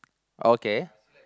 okay